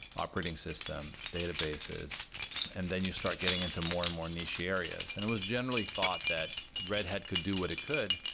operating system, databases and then you start getting into more and more niche areas, and it was generally thought that red hat could do what it could,